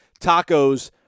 tacos